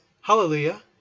Hallelujah